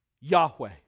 Yahweh